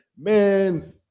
man